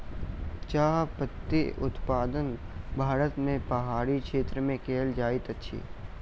चाह पत्ती उत्पादन भारत के पहाड़ी क्षेत्र में कयल जाइत अछि